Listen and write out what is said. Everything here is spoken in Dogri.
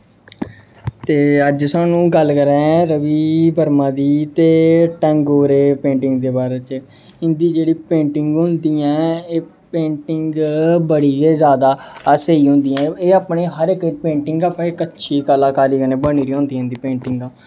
ते अज्ज सानूं गल्ल करा दा आं रवि वर्मा दी ते टैंगोर पेंटिंग दे बारे च इं'दी जेह्ड़ी पेंटिंग होंदी ऐ एह् पेंटिंग बड़ी गै जादा असीम होंदी ऐंह् अपने हर इक पेंटिंग अपनी अच्छी कलाकारी कन्नै बनी दी होंदी इं'दी पेंटिंग